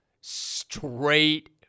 Straight